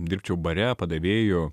dirbčiau bare padavėju